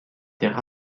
étaient